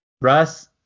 Russ